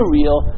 real